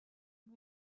and